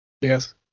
Yes